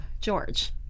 George